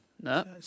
No